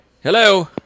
Hello